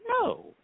No